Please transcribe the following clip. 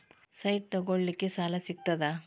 Site ತಗೋಳಿಕ್ಕೆ ಸಾಲಾ ಸಿಗ್ತದಾ?